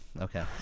okay